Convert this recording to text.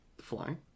Flying